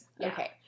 Okay